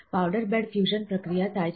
powder bed fusion પ્રક્રિયા થાય છે